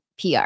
PR